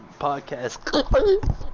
podcast